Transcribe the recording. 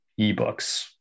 eBooks